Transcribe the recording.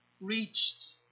reached